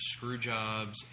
Screwjobs